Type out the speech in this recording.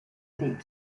deep